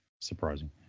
surprising